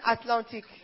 Atlantic